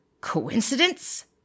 Coincidence